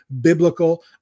biblical